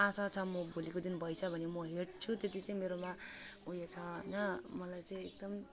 आशा छ म भोलिको दिन भएछ भने म हिँड्छु त्यति चाहिँ मेरोमा ऊ यो छ होइन मलाई चाहिँ एकदम